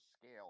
scale